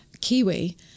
Kiwi